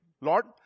Lord